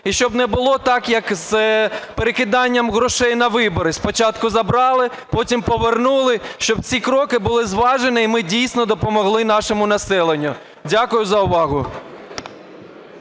І щоб не було так, як з перекиданням грошей на вибори: спочатку забрали, потім повернули. Щоб ці кроки були зважені і ми дійсно допомогли нашому населенню. Дякую за увагу.